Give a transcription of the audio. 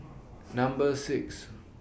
Number six